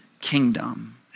kingdom